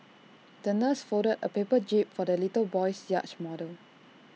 the nurse folded A paper jib for the little boy's yacht model